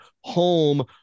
home